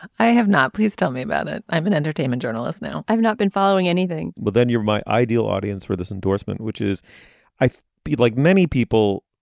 i have not. please tell me about it. i'm an entertainment journalist now. i've not been following anything well then you're my ideal audience for this endorsement which is i beat like many people.